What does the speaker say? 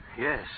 Yes